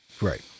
Right